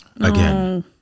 Again